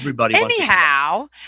anyhow